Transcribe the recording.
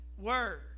word